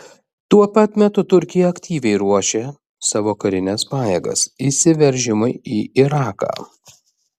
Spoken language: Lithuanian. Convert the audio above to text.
tuo pat metu turkija aktyviai ruošia savo karines pajėgas įsiveržimui į iraką